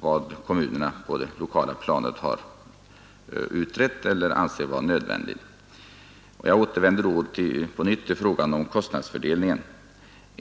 som kommunerna kommit fram till i det lokala utredningsarbetet eller det som de anser vara nödvändigt lättare kan beaktas? Jag återvänder till frågan om kostnadsfördelningen.